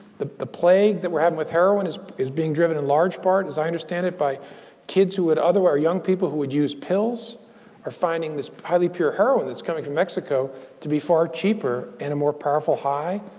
the the plague that we're having with heroin is is being driven, in large part, as i understand it, by kids who would otherwise or young people who would use pills are finding this highly pure heroin that's coming from mexico to be far cheaper and a more powerful high.